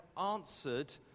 answered